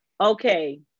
okay